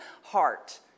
heart